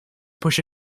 push